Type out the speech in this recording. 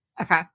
Okay